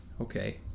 okay